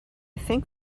think